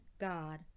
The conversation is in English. God